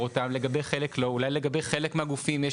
אותם; לגבי חלק לא; אולי לגבי חלק מהגופים יש